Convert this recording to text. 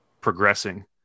progressing